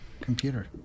computer